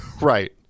Right